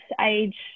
age